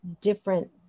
different